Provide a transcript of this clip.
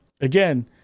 again